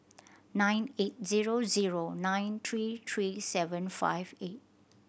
nine eight zero zero nine three three seven five eight